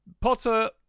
Potter